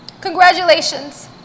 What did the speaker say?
congratulations